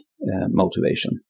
motivation